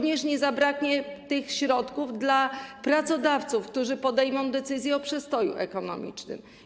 Nie zabraknie tych środków również dla pracodawców, którzy podejmą decyzję o przestoju ekonomicznym.